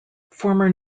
former